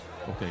Okay